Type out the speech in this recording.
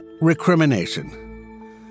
recrimination